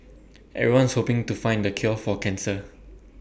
everyone's hoping to find the cure for cancer